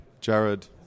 Jared